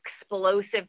explosive